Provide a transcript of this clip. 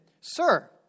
Sir